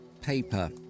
paper